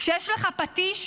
כשיש לך פטיש,